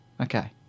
Okay